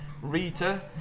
Rita